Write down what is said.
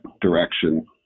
direction